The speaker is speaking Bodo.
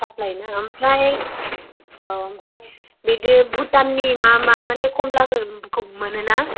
साफ्लायना आमफ्राय अ' आमफ्राय बिदि भुटाननि मा मा माने खमलाखौ मोनोना